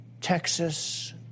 Texas